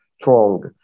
strong